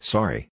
Sorry